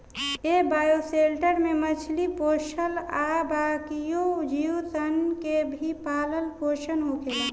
ए bioshelter में मछली पोसल आ बाकिओ जीव सन के भी पालन पोसन होखेला